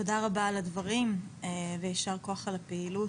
תודה רבה על הדברים ויישר כוח על הפעילות.